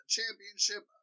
Championship